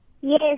Yes